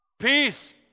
Peace